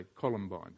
Columbine